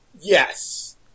Yes